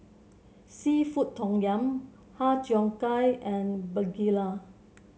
seafood Tom Yum Har Cheong Gai and begedil